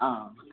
ആ